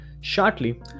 shortly